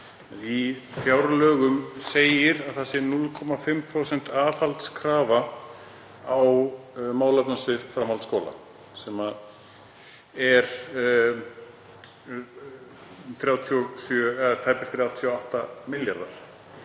Í fjárlögum segir að 0,5% aðhaldskrafa sé á málefnasviði framhaldsskóla, sem er tæpir 38 milljarðar,